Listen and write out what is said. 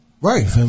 Right